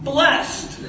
Blessed